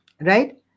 right